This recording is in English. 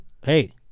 hey